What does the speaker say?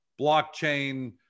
blockchain